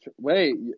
Wait